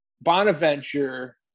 Bonaventure